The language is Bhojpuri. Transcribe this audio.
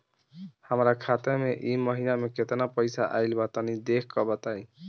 हमरा खाता मे इ महीना मे केतना पईसा आइल ब तनि देखऽ क बताईं?